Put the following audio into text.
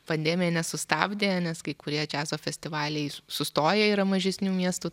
pandemija nesustabdė nes kai kurie džiazo festivaliai sustoję yra mažesnių miestų